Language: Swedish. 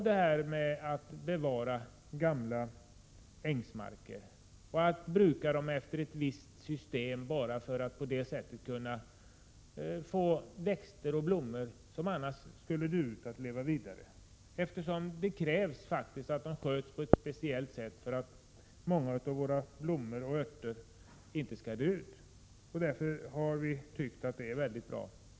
Det är bra att gamla ängsmarker bevaras och att de brukas efter ett visst system så att växter och blommor som annars skulle dö ut kan leva vidare. Många blommor och örter kräver en speciell skötsel för att de inte skall dö ut. Därför är denna verksamhet mycket bra.